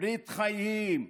"ברית חיים"